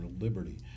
liberty